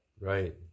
right